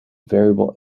variable